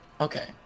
okay